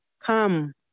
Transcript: come